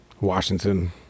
Washington